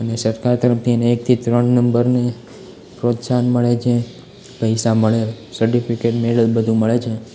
અને સરકાર તરફથી એને એકથી ત્રણ નંબરને પ્રોત્સાહન મળે છે પૈસા મળે સર્ટિફિકેટ મેડલ બધું મળે છે